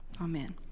Amen